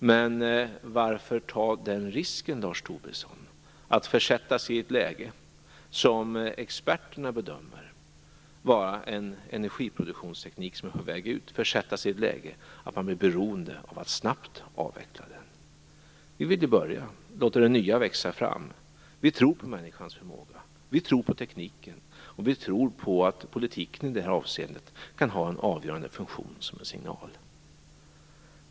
Men varför ta den risken, Lars Tobisson, att försätta sig i ett läge där man har en energiproduktionsteknik som experterna bedömer vara på väg ut och där man blir beroende av att snabbt avveckla den? Vi vill börja att låta det nya växa fram. Vi tror på människans förmåga, vi tror på tekniken och vi tror på att politiken i det här avseendet kan ha en avgörande funktion som en signal.